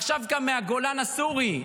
ועכשיו גם מהגולן הסורי,